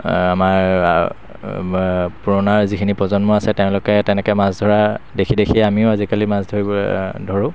আমাৰ পুৰণা যিখিনি প্ৰজন্ম আছে তেওঁলোকে তেনেকৈ মাছ ধৰা দেখি দেখি আমিও আজিকালি মাছ ধৰিব ধৰোঁ